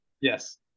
Yes